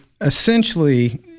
Essentially